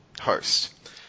host